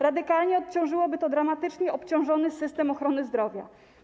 Radykalnie odciążyłoby to dramatycznie obciążony system ochrony zdrowia.